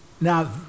Now